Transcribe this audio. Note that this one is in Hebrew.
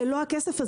זה לא הכסף הזה.